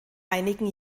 einigen